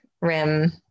rim